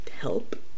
help